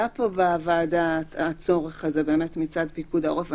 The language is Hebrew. עלה פה בוועדה הצורך הזה מצד פיקוד העורף.